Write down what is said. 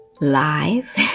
live